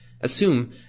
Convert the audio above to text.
Assume